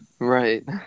Right